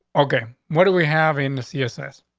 okay, what do we have in the css?